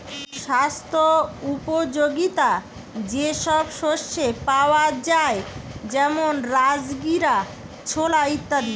স্বাস্থ্য উপযোগিতা যে সব শস্যে পাওয়া যায় যেমন রাজগীরা, ছোলা ইত্যাদি